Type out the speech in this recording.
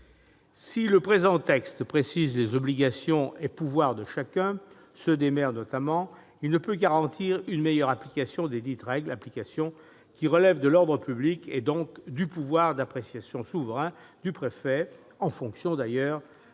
Si le présent texte précise les obligations et pouvoirs de chacun, ceux des maires notamment, il ne peut garantir une meilleure application desdites règles, application qui relève de l'ordre public et, donc, du pouvoir d'appréciation du préfet, en fonction des moyens